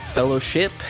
Fellowship